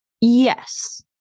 Yes